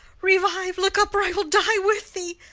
revive, look up, or i will die with thee!